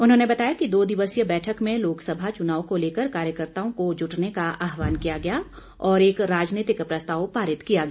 उन्होंने बताया कि दो दिवसीय बैठक में लोकसभा चुनाव को लेकर कार्यकर्त्ताओं को जुटने का आहवान किया गया और एक राजनीतिक प्रस्ताव पारित किया गया